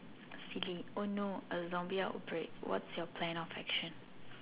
silly oh no a zombie outbreak what's your plan of action